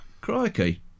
crikey